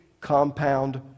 compound